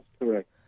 correct